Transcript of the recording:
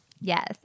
Yes